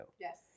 Yes